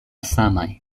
samaj